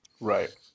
Right